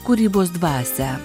kūrybos dvasią